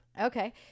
Okay